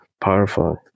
powerful